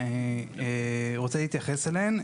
ואני רוצה להתייחס אליהן.